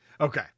okay